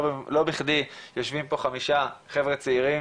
לא בכדי יושבים פה חמישה חבר'ה צעירים